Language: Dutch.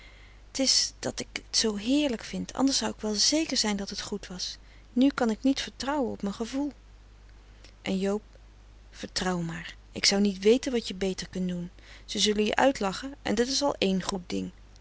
is dat ik t zoo heerlijk vind anders zou ik wel zeker zijn dat het goed was nu kan ik niet vertrouwen op mijn gevoel en joob vertrouw maar ik zou niet weten wat je beter kunt doen ze zullen je uitlachen en dat is al één goed ding